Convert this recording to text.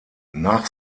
nach